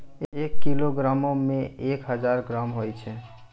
एक किलोग्रामो मे एक हजार ग्राम होय छै